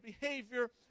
behavior